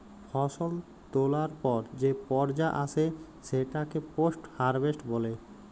ফসল তোলার পর যে পর্যা আসে সেটাকে পোস্ট হারভেস্ট বলে